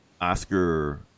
oscar